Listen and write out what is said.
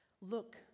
Look